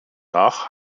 nach